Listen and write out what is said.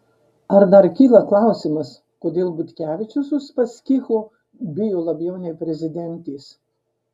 ar dar kyla klausimas kodėl butkevičius uspaskicho bijo labiau nei prezidentės